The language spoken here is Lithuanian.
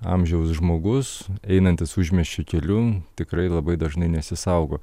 amžiaus žmogus einantis užmiesčio keliu tikrai labai dažnai nesisaugo